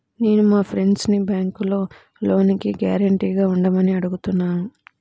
నేను మా ఫ్రెండ్సుని బ్యేంకులో లోనుకి గ్యారంటీగా ఉండమని అడుగుతున్నాను